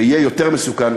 ויהיה יותר מסוכן,